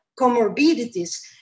comorbidities